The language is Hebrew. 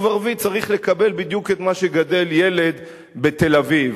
ערבי צריך לקבל בדיוק את מה שמקבל ילד שגדל בתל-אביב,